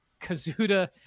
Kazuda